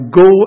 go